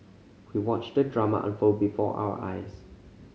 we watched the drama unfold before our eyes